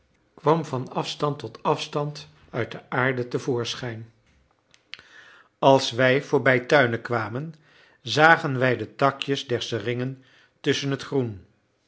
kwam van afstand tot afstand uit de aarde te voorschijn als wij voorbij tuinen kwamen zagen wij de takjes der seringen tusschen het groen